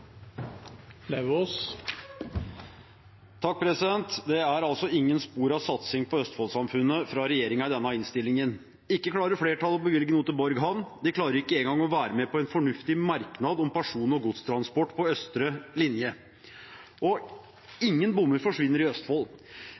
Det er altså ingen spor av satsing på østfoldsamfunnet fra regjeringen i denne innstillingen. Ikke klarer flertallet å bevilge noe til Borg havn. De klarer ikke engang å være med på en fornuftig merknad om person- og godstransport på østre linje. Ingen bommer forsvinner i Østfold.